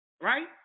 Right